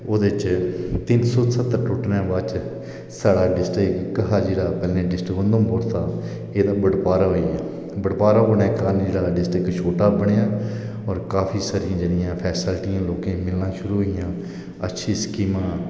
ओहदे च तिन सो स्हत्तर टुट्टने दे बाद च साढ़ा डिस्ट्रिक्ट जेहड़े पैहले डिस्ट्रिक्ट उधमपुर सा एहदा बटबारा होई गेआ बटबारा होने दा फायदा एह् है कि इक ते साढा डिस्ट्रिक्ट छोटा बनेआ और काफी सारी जेहड़ी फेस्लिटियां जेहड़ी लोकें गी देना शुरु होइयां अच्छी स्कीमा